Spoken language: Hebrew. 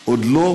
עוד לא, עוד לא.